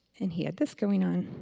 and he had this going on.